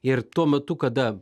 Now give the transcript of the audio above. ir tuo metu kada